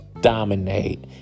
dominate